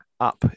up